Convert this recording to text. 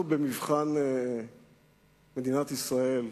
אנחנו, ההנהגה במדינת ישראל,